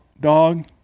dog